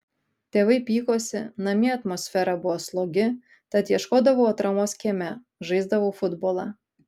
tėvai pykosi namie atmosfera buvo slogi tad ieškodavau atramos kieme žaisdavau futbolą